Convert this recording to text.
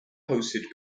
hosted